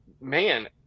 man